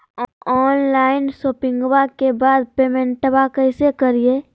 Online शोपिंग्बा के बाद पेमेंटबा कैसे करीय?